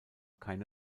keine